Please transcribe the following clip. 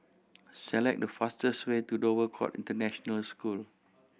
select the fastest way to Dover Court International School